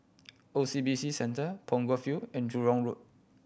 O C B C Centre Punggol Field and Jurong Road